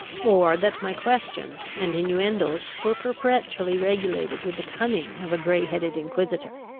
or that my questions and innuendoes were perpetually regulated with the cunning of a grey-headed inquisitor.